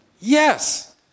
Yes